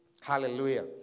Hallelujah